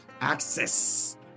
access